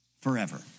forever